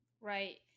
Right